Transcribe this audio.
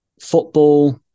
football